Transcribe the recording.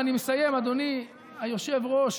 ואני מסיים, אדוני היושב-ראש.